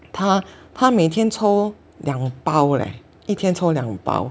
他他每天抽两包叻一天抽两包